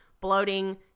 bloating